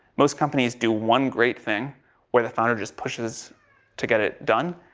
most companies do one great thing where the founder just pushes to get it done